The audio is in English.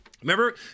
Remember